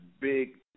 big